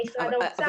למשרד האוצר.